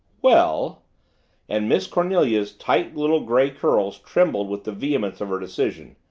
well and miss cornelia's tight little gray curls trembled with the vehemence of her decision,